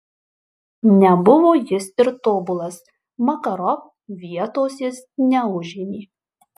nebuvo jis ir tobulas makarov vietos jis neužėmė